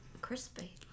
crispy